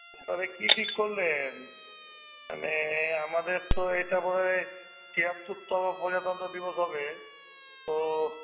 এবারে কী ঠিক করলেন মানে আমাদের তো এটা মনে হয় তিয়াত্তর তম প্রজাতন্ত্র দিবস হবে তো